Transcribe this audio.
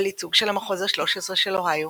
על ייצוג של המחוז ה-13 של אוהיו,